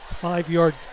five-yard